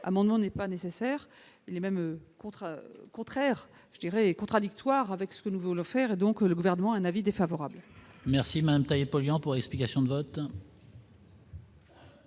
amendement n'est pas nécessaire et même contre contraire je dirais contradictoire avec ce que nous voulons faire, et donc le gouvernement, un avis défavorable. Merci madame polluants pour explication de vote.